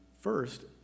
First